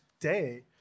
day